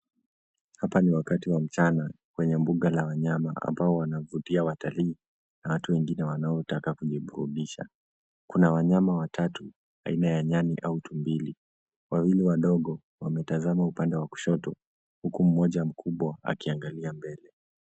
Hapa ni wakati wa mchana kwenye mbuga la wanyama, ambao wanavutia watalii na watu wengine wanaotaka kujiburudisha. Kuna wanyama watatu; aina ya nyani au tumbili. Wawili wadogo, wametazama upande wa kushoto, huku mmoja mkubwa akiangalia mbele.